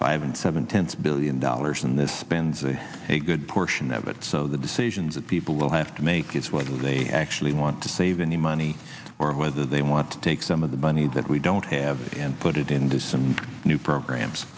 five and seven tenth's billion dollars in this spend a good portion of it so the decisions that people will have to make is whether they actually want to save any money or whether they want to take some of the money that we don't have and put it into some new programs